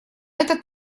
этот